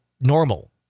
normal